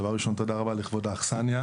דבר ראשון תודה רבה לכבוד האכסניה.